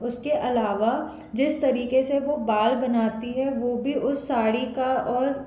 उसके अलावा जिस तरिक़े से वो बाल बनाती है वो भी उस साड़ी का और